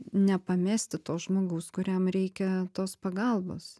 nepamesti to žmogaus kuriam reikia tos pagalbos